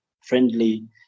friendly